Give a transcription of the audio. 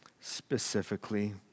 specifically